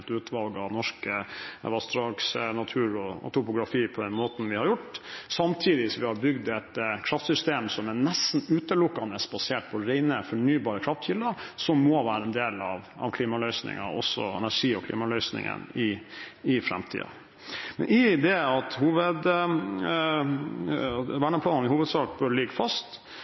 av norske vassdrag, natur og topografi på den måten vi har gjort, samtidig som vi har bygd et kraftsystem som er nesten utelukkende basert på rene, fornybare kraftkilder som må være en del av klimaløsningen, også energi- og klimaløsningen i framtiden. I det at verneplanen i hovedsak bør ligge fast,